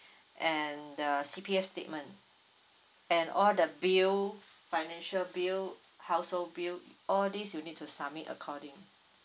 and the C_P_F statement and all the bill f~ financial bill household bill all these you need to submit according